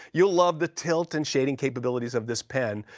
you'll love the tilt and shading capabilities of this pen.